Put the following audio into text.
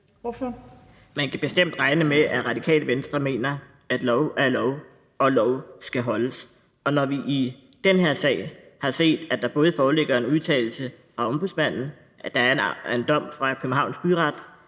(RV): Man kan bestemt regne med, at Radikale Venstre mener, at lov er lov og lov skal holdes, og når vi i den her sag har set, at der både foreligger en udtalelse fra Ombudsmanden, at der er en dom fra Københavns Byret,